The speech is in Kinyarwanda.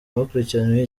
abakurikiranyweho